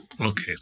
Okay